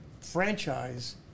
franchise